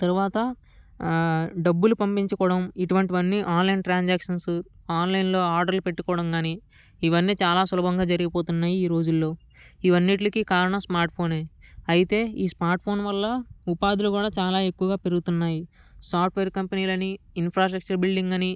తరువాత డబ్బులు పంపించుకోవడం ఇటువంటివన్నీ ఆన్లైన్ ట్రాన్సాక్షన్స్ ఆన్లైన్లో ఆర్డర్లు పెట్టుకోవడం కానీ ఇవన్నీ చాలా సులభంగా జరిగిపోతున్నాయి ఈరోజుల్లో ఇవన్నింటికీ కారణం స్మార్ట్ఫోనే అయితే ఈ స్మార్ట్ఫోన్ వల్ల ఉపాధులు కూడా చాలా ఎక్కువగా పెరుగుతున్నాయి సాఫ్ట్వేర్ కంపెనీలు అని ఇన్ఫ్రాస్ట్రక్చర్ బిల్డింగ్ అని